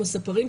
כמו ספרים,